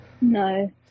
No